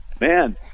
Man